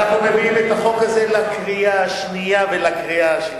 אנחנו מביאים את החוק הזה לקריאה השנייה ולקריאה השלישית.